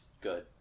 Good